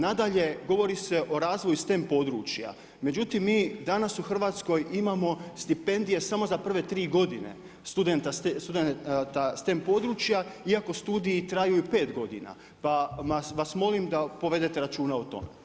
Nadalje, govori se o razvoju STEM područja, međutim mi danas u Hrvatskoj imamo stipendije samo za prve tri godine studenata STEM područja iako studiji traju i pet godina, pa vas molim da povedete računa o tome.